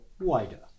Wider